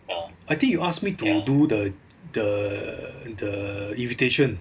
I think you asked me to do the the the invitation